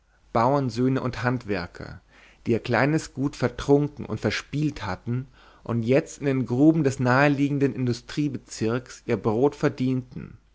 bauernsöhne und handwerker die ihr kleines gut vertrunken und verspielt hatten und jetzt in den gruben des naheliegenden industriebezirks ihr brot verdienten